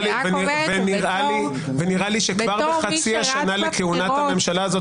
ונראה לי שכבר בחצי השנה לכהונת הממשלה הזאת